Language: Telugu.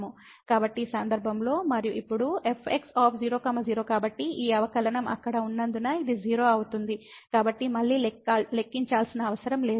కాబట్టి ఈ సందర్భంలో మరియు ఇప్పుడు fx0 0 కాబట్టి ఈ అవకలనం అక్కడ ఉన్నందున ఇది 0 అవుతుంది కాబట్టి మళ్ళీ లెక్కించాల్సిన అవసరం లేదు